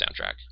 soundtrack